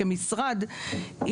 כמשרד,